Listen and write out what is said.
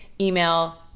Email